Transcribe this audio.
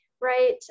right